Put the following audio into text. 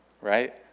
right